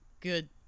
good